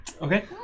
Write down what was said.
Okay